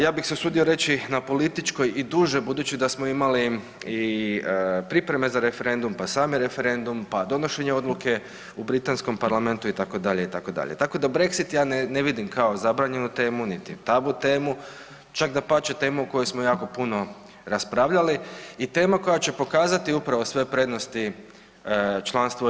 Ja bih se usudio reći na političkoj i duže budući da smo imali i pripreme za referendum, pa sami referendum, pa donošenje odluke u britanskom parlamentu itd. itd., tako da brexit ja ne vidim kao zabranjenu temu niti tabu temu, čak dapače temu koju smo jako puno raspravljali i tema koja će pokazati upravo sve prednosti članstva u EU.